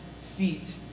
feet